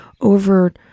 over